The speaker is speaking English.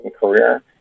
career